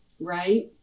right